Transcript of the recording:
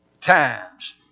times